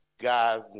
guys